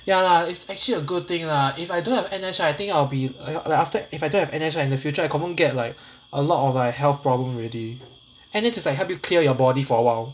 ya lah it's actually a good thing lah if I don't have N_S right I think I'll be like like after if I don't have N_S right in the future I confirm get like a lot of like health problem already N_S is like help you clear your body for a while